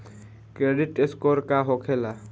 Credit score का होखेला?